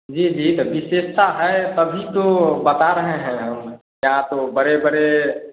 जी जी तो विशेषता है तभी तो बता रहें हैं हम यहाँ तो बड़े बड़े